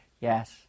Yes